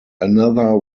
another